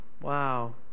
Wow